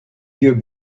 yeux